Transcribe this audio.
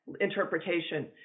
interpretation